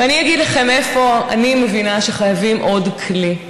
ואני אגיד לכם איפה אני מבינה שחייבים עוד כלי,